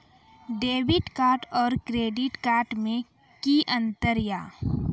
Debit card और credit card मे कि अंतर या?